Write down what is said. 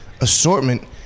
assortment